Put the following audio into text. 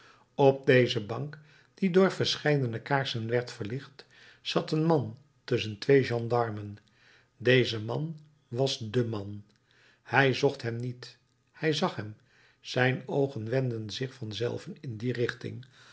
op deze bank die door verscheidene kaarsen werd verlicht zat een man tusschen twee gendarmen deze man was de man hij zocht hem niet hij zag hem zijn oogen wendden zich van zelven in die richting